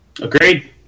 Agreed